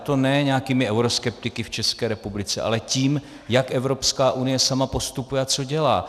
A to ne nějakými euroskeptiky v České republice, ale tím, jak Evropská unie sama postupuje a co dělá.